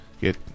get